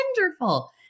wonderful